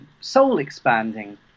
soul-expanding